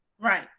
Right